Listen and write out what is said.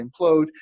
implode